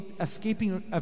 escaping